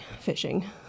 Fishing